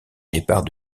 départ